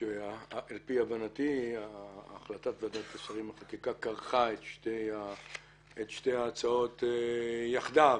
שעל פי הבנתי החלטת ועדת שרים לחקיקה כרכה את שתי ההצעות יחדיו.